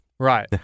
Right